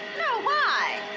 no. why?